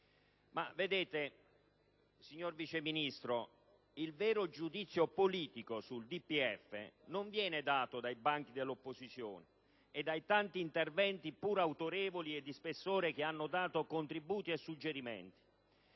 Tuttavia, signor Vice Ministro, il vero giudizio politico sul DPEF non viene dato dai banchi dell'opposizione e dai tanti interventi, pur autorevoli e di spessore, che hanno dato contributi e suggerimenti.